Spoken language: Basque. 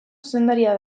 zuzendaria